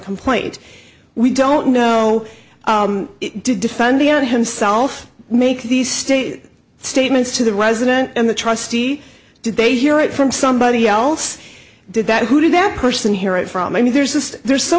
complaint we don't know defending on himself make these stupid statements to the resident and the trustee did they hear it from somebody else did that who that person hear it from i mean there's just there's so